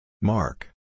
Mark